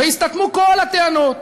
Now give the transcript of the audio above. ויסתתמו כל הטענות,